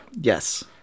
Yes